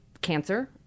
cancer